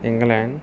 England